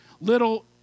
little